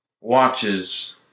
watches